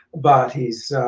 but he's